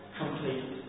complete